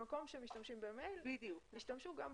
במקום שמשתמשים במייל, ישתמשו גם בפקס.